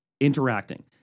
interacting